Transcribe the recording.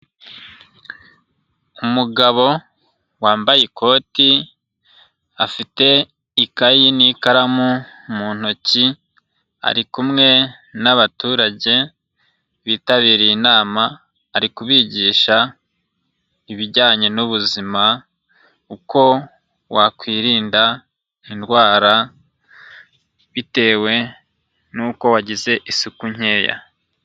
Umugabo wambaye ikoti afite ikayi n'ikaramu mu ntoki, ari kumwe n'abaturage bitabiriye inama ari kubigisha ibijyanye n'ubuzima, uko wakwirinda indwara bitewe n'uko wagize isuku nkeya.